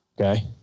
okay